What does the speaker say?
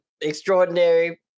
extraordinary